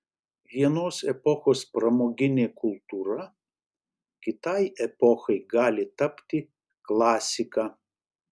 vienos epochos pramoginė kultūra kitai epochai gali tapti klasika